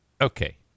okay